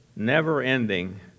never-ending